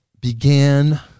began